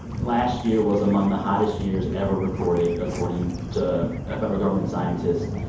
last year was among the hottest years ever recorded according to ah federal government scientist.